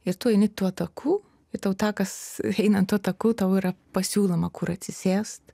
ir tu eini tuo taku ir tau takas einant tuo taku tau yra pasiūloma kur atsisėst